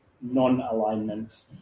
non-alignment